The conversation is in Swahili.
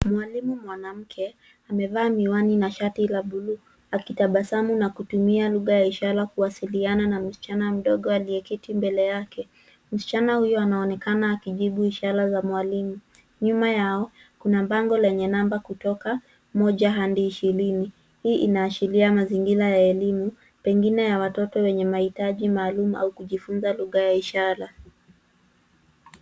Mwalimu mwanamke amevaa miwani na shati la buluu akitabasamu na kutumia lugha ya ishara kuwasiliana na msichana mdogo aliyeketi mbele yake. Msichana huyo anaonekana akijibu ishara za mwalimu. Nyuma yao kuna bango lenye namba kutoka moja hadi ishirini. Hii inaashiria mazingira ya elimu, pengine ya watoto wenye mahitaji maalum au kujifunza lugha ya ishara.